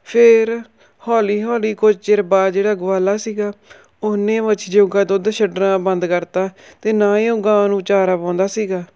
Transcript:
ਫਿਰ ਹੌਲੀ ਹੌਲੀ ਕੁਝ ਚਿਰ ਬਾਅਦ ਜਿਹੜਾ ਗਵਾਲਾ ਸੀਗਾ ਉਹਨੇ ਵੱਛੀ ਜੋਗਾ ਦੁੱਧ ਛੱਡਣਾ ਬੰਦ ਕਰਤਾ ਅਤੇ ਨਾ ਹੀ ਉਹ ਗਾਂ ਨੂੰ ਚਾਰਾ ਪਾਉਂਦਾ ਸੀਗਾ